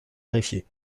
greffier